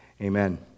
Amen